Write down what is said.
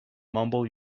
mumble